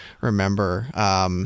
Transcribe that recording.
remember